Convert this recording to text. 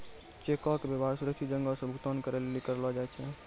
चेको के व्यवहार सुरक्षित ढंगो से भुगतान करै लेली करलो जाय छै